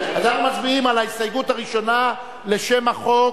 אז אנחנו מצביעים על ההסתייגות הראשונה לשם החוק